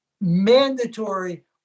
mandatory